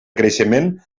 creixement